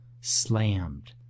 slammed